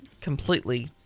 completely